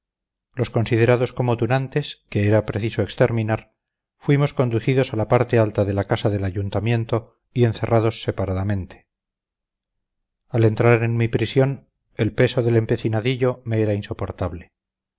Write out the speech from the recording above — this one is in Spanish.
los considerados comotunantes que era preciso exterminar fuimos conducidos a la parte alta de la casa del ayuntamiento y encerrados separadamente al entrar en mi prisión el peso del empecinadillo me era insoportable